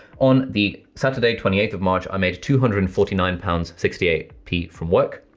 on the saturday twenty eighth of march i made two hundred and forty nine pounds sixty eight p from work.